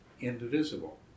indivisible